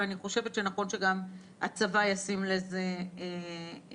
ואני חושבת שנכון שגם הצבא ישים לזה לב.